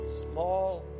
small